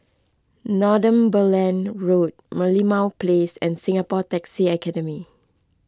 Northumberland Road Merlimau Place and Singapore Taxi Academy